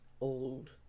old